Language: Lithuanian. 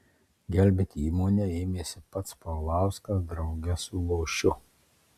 gelbėti įmonę ėmėsi pats paulauskas drauge su lošiu